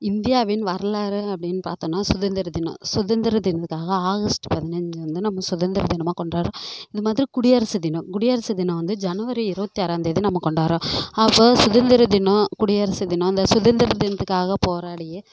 இந்தியாவின் வரலாறு அப்படின்னு பார்த்தோம்னா சுதந்திர தினம் சுதந்திர தினத்துக்காக ஆகஸ்ட் பதினஞ்சு வந்து நம்ம சுதந்திர தினமாக கொண்டாடுறோம் இந்த மாதிரி குடியரசு தினம் குடியரசு தினம் வந்து ஜனவரி இருபத்தி ஆறாம் தேதி நம்ம கொண்டாடறோம் அப்போது சுதந்திர தினம் குடியரசு தினம் இந்த சுதந்திர தினத்துக்காக போராடிய